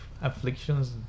afflictions